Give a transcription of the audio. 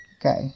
Okay